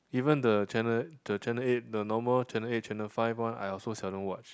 even the channel the channel eight the normal channel eight channel five one I also seldom watch